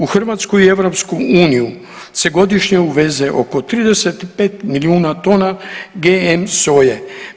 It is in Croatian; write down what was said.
U Hrvatsku i EU se godišnje uveze oko 35 milijuna tona GM soje.